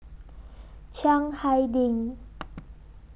Chiang Hai Ding